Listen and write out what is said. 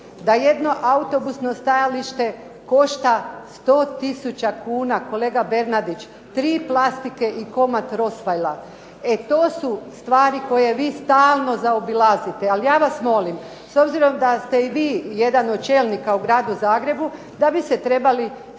da jedno autobusno stajalište košta 100 tisuća kuna. Kolega Bernardić tri plastike i komad rosvajla. E to su stvari koje vi stalno zaobilazite. Ali ja vas molim, s obzirom da ste i vi jedan od čelnika u Gradu Zagrebu, da biste trebali s tim